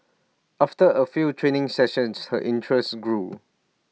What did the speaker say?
after A few training sessions her interest grew